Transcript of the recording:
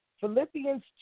Philippians